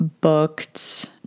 booked